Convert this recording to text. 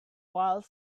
while